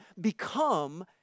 become